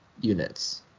units